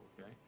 okay